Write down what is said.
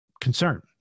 concern